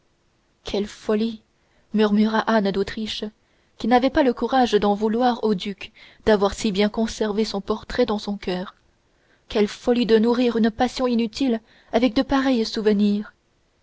quelle folie murmura anne d'autriche qui n'avait pas le courage d'en vouloir au duc d'avoir si bien conservé son portrait dans son coeur quelle folie de nourrir une passion inutile avec de pareils souvenirs